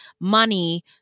money